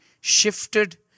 shifted